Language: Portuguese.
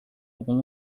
algum